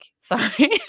sorry